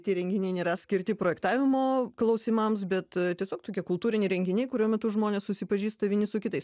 tie įrenginiai nėra skirti projektavimo klausimams bet tiesiog tokie kultūriniai renginiai kurių metu žmonės susipažįsta vieni su kitais